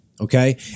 Okay